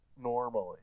normally